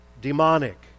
demonic